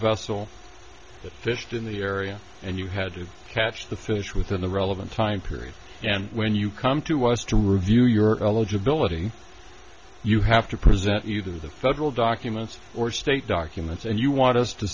that fished in the area and you had to catch the fish within the relevant time period and when you come to us to review your eligibility you have to present either the federal documents or state documents and you want us to